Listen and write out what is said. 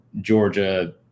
Georgia